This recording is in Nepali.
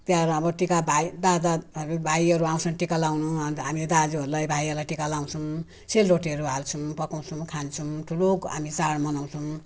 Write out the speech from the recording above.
तिहार अब टिका भाइदादाहरू भाइहरूआउँछन् टिका लगाउनु अन्त हामीले दाजुहरूलाई भाइहरूलाई टिका लगाउँछौँ सेलरोटीहरू हाल्छौँ पकाउँछौँ खान्छौँ ठुलो हामी चाड मनाउँछौँ